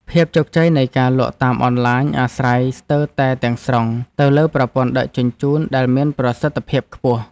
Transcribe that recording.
ភាពជោគជ័យនៃការលក់តាមអនឡាញអាស្រ័យស្ទើរតែទាំងស្រុងទៅលើប្រព័ន្ធដឹកជញ្ជូនដែលមានប្រសិទ្ធភាពខ្ពស់។